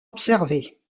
observés